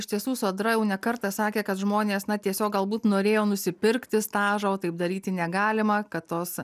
iš tiesų sodra jau ne kartą sakė kad žmonės na tiesiog galbūt norėjo nusipirkti stažą o taip daryti negalima kad tos